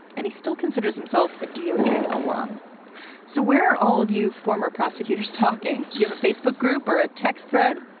and he still considers himself a doj alarm so where all of you former prosecutors talking, you have a facebook group or a text thread?